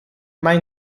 mai